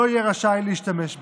לא יהיה רשאי להשתמש בה.